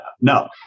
No